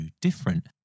different